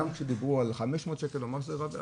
כשדיברו על 500 שקל הוא אמר שזה הרבה,